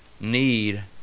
need